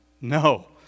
No